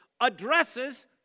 addresses